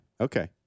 Okay